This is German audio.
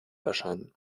erscheinen